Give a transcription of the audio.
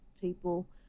people